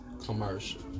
commercial